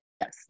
yes